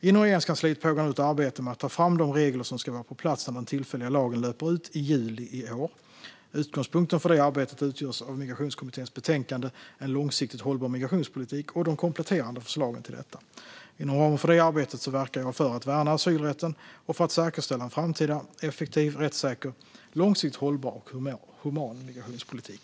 Inom Regeringskansliet pågår nu ett arbete med att ta fram de regler som ska vara på plats när den tillfälliga lagen löper ut i juli i år. Utgångspunkten för det arbetet utgörs av Migrationskommitténs betänkande En långsiktigt hållbar migrationspolitik och de kompletterande förslagen till detta. Inom ramen för det arbetet verkar jag för att värna asylrätten och för att säkerställa en framtida effektiv, rättssäker, långsiktigt hållbar och human migrationspolitik.